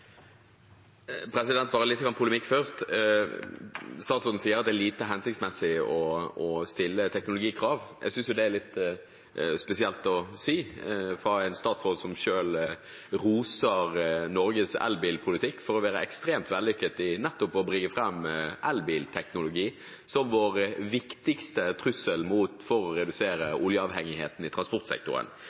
lite hensiktsmessig å stille teknologikrav. Jeg synes det er litt spesielt å si av en statsråd som selv roser Norges elbilpolitikk for å være ekstremt vellykket i nettopp å bringe fram elbilteknologi, at det skulle være vår viktigste trussel når det gjelder å redusere oljeavhengigheten i transportsektoren.